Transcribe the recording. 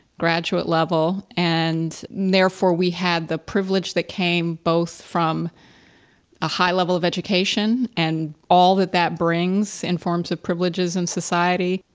graduate level, and therefore we had the privilege that came both from a high level of education and all that that brings in forms of privileges in and society.